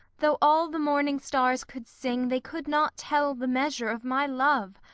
though all the morning stars could sing they could not tell the measure of my love.